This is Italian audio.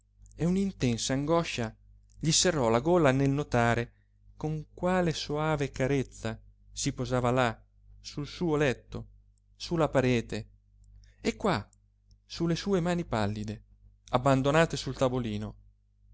prodigioso e un'intensa angoscia gli serrò la gola nel notare con quale soave carezza si posava là sul suo letto su la parete e qua su le sue mani pallide abbandonate sul tavolino